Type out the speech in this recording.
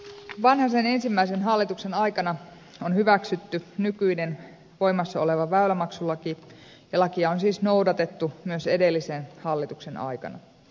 vanhasen ensimmäisen hallituksen aikana on hyväksytty nykyinen voimassa oleva väylämaksulaki ja lakia on siis noudatettu myös edellisen hallituksen aikana